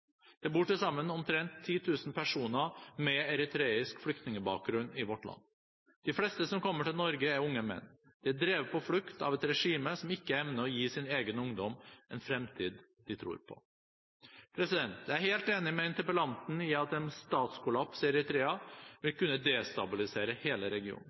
Det bor til sammen omtrent 10 000 personer med eritreisk flyktningbakgrunn i vårt land. De fleste som kommer til Norge, er unge menn. De er drevet på flukt av et regime som ikke evner å gi sin egen ungdom en fremtid de tror på. Jeg er helt enig med interpellanten i at en statskollaps i Eritrea vil kunne destabilisere hele regionen.